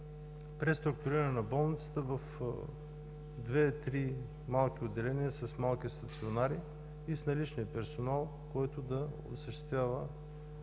преструктуриране на болницата в две-три малки отделения с малки стационари и с наличния персонал, който да осъществява